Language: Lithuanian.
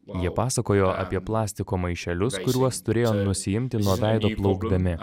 jie pasakojo apie plastiko maišelius kuriuos turėjo nusiimti nuo veido plaukdami